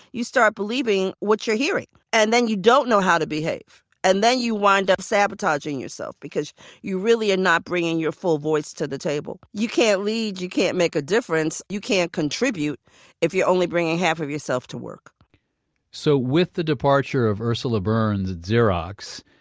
you start believing what you're hearing, and then you don't know how to behave. and then you wind up sabotaging yourself, because you really are not bringing your full voice to the table. you can't lead, you can't make a difference, you can't contribute if you're only bringing half of yourself to work so with the departure of ursula burns at xerox,